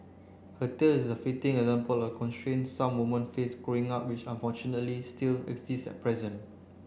her tale is a fitting example of the constraints some woman face Growing Up which unfortunately still exist at present